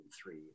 three